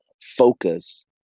focus